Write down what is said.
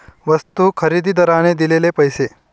वस्तू खरेदीदाराने दिलेले पैसे